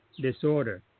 disorder